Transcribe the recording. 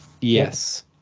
Yes